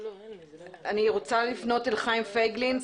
אני רוצה לפנות לחיים פייגלין,